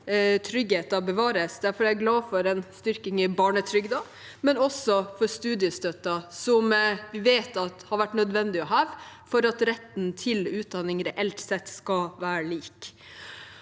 tryggheten bevares. Derfor er jeg glad for styrkingen av barnetrygden, men også for studiestøtten som vi vet har vært nødvendig å heve for at retten til utdanning reelt sett skal være lik.